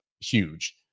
huge